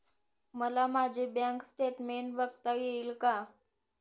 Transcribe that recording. मला माझे bank statement बघता येईल का?